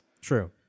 True